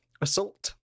Assault